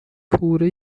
پوره